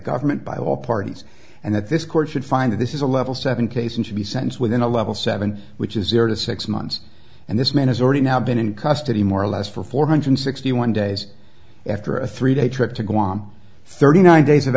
government by all parties and that this court should find that this is a level seven case and should be sentence with an a level seven which is zero to six months and this man has already now been in custody more or less for four hundred sixty one days after a three day trip to go i am thirty nine days of